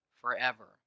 forever